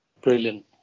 brilliant